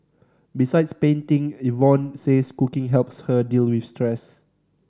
besides painting Yvonne says cooking helps her deal with stress